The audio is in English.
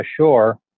ashore